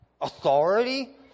authority